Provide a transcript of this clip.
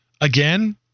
again